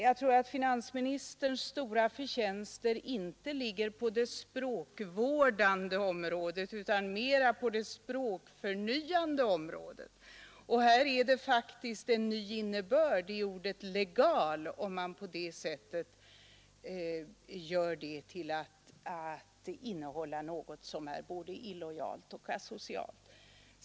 Jag tror att finansministerns stora förtjänster inte så mycket ligger på det språkvårdande området som på det språkförnyande. Finansministern ger faktiskt ordet legal en ny innebörd om han låter det gälla någonting som är både illojalt och asocialt.